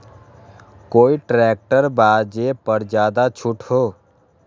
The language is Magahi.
कोइ ट्रैक्टर बा जे पर ज्यादा छूट हो?